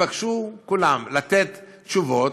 נתבקשו כולם לתת תשובות,